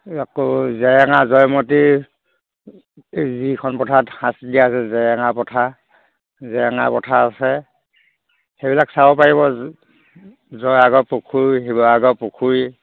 আকৌ জেৰেঙা জয়মতী যিখন পথাৰত শাস্তি দিয়া গৈছে জেৰেঙা পথাৰ জেৰেঙা পথাৰ আছে সেইবিলাক চাব পাৰিব জয়সাগৰ পুখুৰী শিৱসাগৰ পুখুৰী